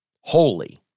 holy